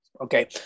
okay